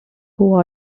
who